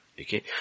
Okay